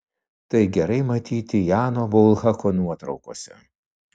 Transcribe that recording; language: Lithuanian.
tai gerai matyti jano bulhako nuotraukose